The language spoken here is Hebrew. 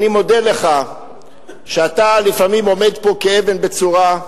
אני מודה לך שאתה לפעמים עומד פה כחומה בצורה,